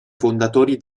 fondatori